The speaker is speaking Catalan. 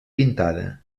pintada